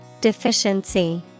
Deficiency